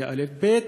ב.